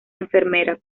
enfermera